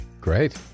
great